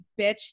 bitch